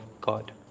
God